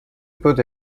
put